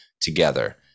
together